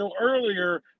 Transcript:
earlier